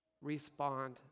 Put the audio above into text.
respond